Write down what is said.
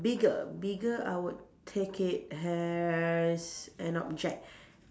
bigger bigger I would take it as an object